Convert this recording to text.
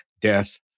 death